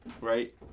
right